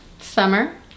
Summer